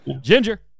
Ginger